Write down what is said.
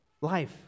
life